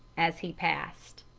as he passed.